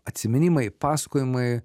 atsiminimai pasakojimai